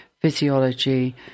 physiology